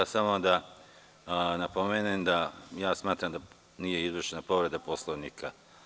Samo da napomenem, smatram da nije izvršena povreda Poslovnika.